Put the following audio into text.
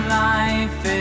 life